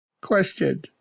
question